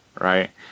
right